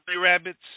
Rabbits